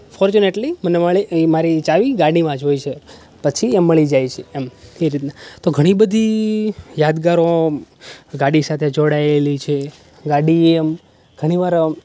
fortunately મને એ મારી ચાવી ગાડીમાં જ હોય છે પછી એ મળી જાય છે એમ એ રીતના તો ઘણી બધી યાદગારો ગાડી સાથે જોડાયેલી છે ગાડી એમ ઘણીવાર